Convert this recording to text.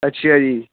ਅੱਛਾ ਜੀ